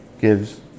gives